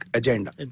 agenda